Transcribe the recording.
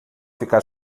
ficar